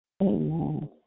Amen